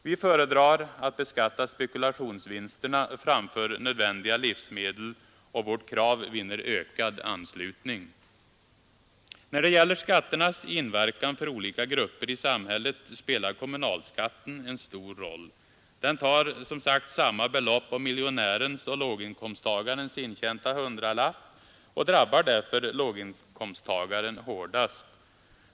Vi föredrar att beskatta spekulationsvinsterna framför nödvändiga livsmedel, och vårt krav vinner ökad anslutning. När det gäller skatternas inverkan för olika grupper i samhället spelar kommunalskatten en stor roll. Den tar samma belopp av miljonärens och låginkomsttagarens intjänta hundralapp och drabbar därför låginkomsttagaren hårdast.